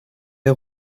der